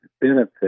benefit